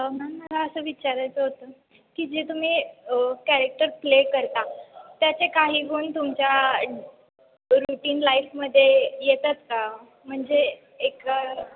ma'am मला असं विचारायचं होतं की जे तुम्ही कॅरेक्टर प्ले करता त्याचे काही गुण तुमच्या रूटीन लाईफमध्ये येतात का म्हणजे एका